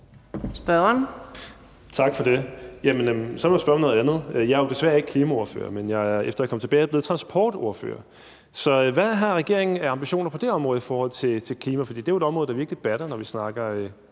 (RV): Tak for det. Jamen så må jeg spørge om noget andet. Jeg er jo desværre ikke klimaordfører, men efter at jeg er kommet tilbage, er jeg blevet transportordfører, så hvad har regeringen af ambitioner på det område i forhold til klima? For det er jo et område, der virkelig batter, når vi snakker